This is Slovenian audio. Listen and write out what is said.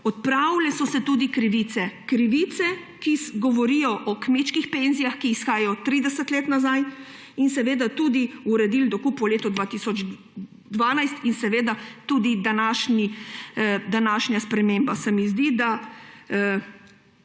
odpravile so se tudi krivice – krivice, ki govorijo o kmečkih penzijah, ki izhajajo 30 let nazaj. In tudi uredili dokup po letu 2012 in seveda tudi današnja sprememba. Lahko rečem, da